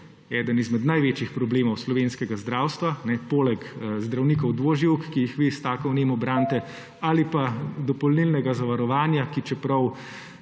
eden izmed največjih problemov slovenskega zdravstva poleg zdravnikov dvoživk, ki jih vi s tako vnemo branite, ali pa dopolnilnega zavarovanja, ki čeprav